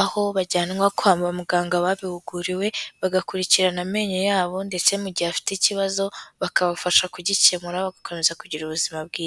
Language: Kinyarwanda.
aho bajyanwa kwa bamuganga babihuguriwe, bagakurikirana amenyo yabo, ndetse mu gihe afite ikibazo bakabafasha kugikemura, bagakomeza kugira ubuzima bwiza.